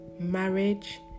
marriage